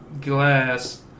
glass